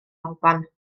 alban